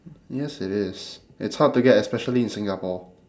yes it is it's hard to get especially in singapore